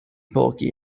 bulky